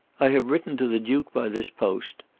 i have written to the duke by this post.